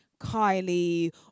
Kylie